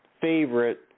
favorite